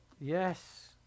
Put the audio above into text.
yes